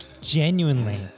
genuinely